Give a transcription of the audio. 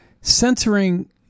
Censoring